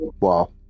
Wow